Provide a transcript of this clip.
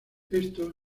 esto